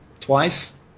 twice